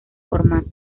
formato